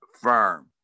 firm